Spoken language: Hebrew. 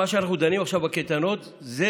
מה שאנחנו דנים בו עכשיו לגבי קייטנות,